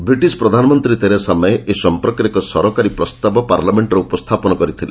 British ପ୍ରଧାନମନ୍ତ୍ରୀ Theresa May ଏ ସଂପର୍କରେ ଏକ ସରକାରୀ ପ୍ରସ୍ତାବ ପାର୍ଲାମେଣ୍ଟରେ ଉପସ୍ଥାପନ କରିଥିଲେ